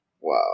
Wow